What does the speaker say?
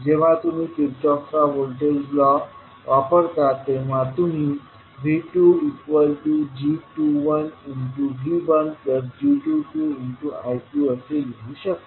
जेव्हा तुम्ही किर्चहॉफचा व्होल्टेज लॉ वापरता तेव्हा तुम्ही V2g21V1g22I2 असे लिहू शकता